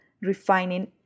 refining